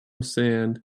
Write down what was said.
sand